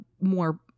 more